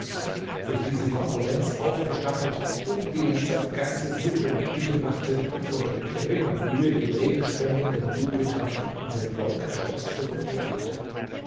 durch diese konkurrenz aufgestachelt umgehend seine ganze sippe mobil machte und mit geringer mühe den regenspendenden jupiter in sein wolkenschloß